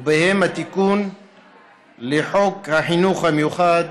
ובהם התיקון לחוק החינוך המיוחד